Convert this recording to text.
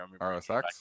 RSX